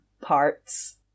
parts